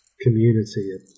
community